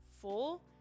full